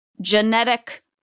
genetic